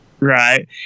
right